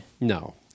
No